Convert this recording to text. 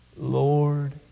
Lord